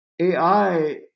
AI